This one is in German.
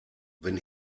wenn